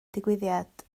digwyddiad